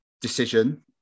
decision